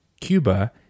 Cuba